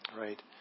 right